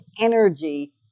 energy